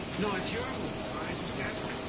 no, it's your move. i just canceled